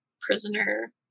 prisoner